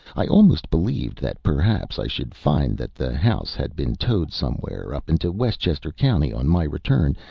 i almost believed that perhaps i should find that the house had been towed somewhere up into westchester county on my return,